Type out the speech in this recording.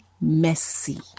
messy